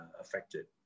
affected